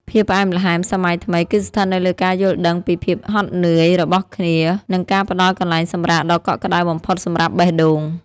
ភាពផ្អែមល្ហែមសម័យថ្មី គឺស្ថិតនៅលើការយល់ដឹងពីភាពហត់នឿយរបស់គ្នា និងការផ្ដល់កន្លែងសម្រាកដ៏កក់ក្ដៅបំផុតសម្រាប់បេះដូង។